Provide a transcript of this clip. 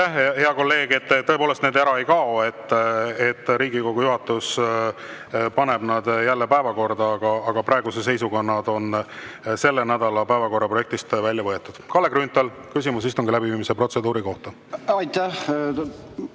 hea kolleeg! Tõepoolest, need ära ei kao, Riigikogu juhatus paneb nad jälle päevakorda, aga praeguse seisuga nad on selle nädala päevakorra projektist välja võetud. Kalle Grünthal, küsimus istungi läbiviimise protseduuri kohta. Aitäh,